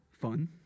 fun